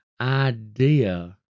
idea